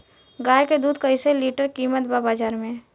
गाय के दूध कइसे लीटर कीमत बा बाज़ार मे?